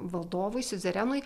valdovui siuzerenui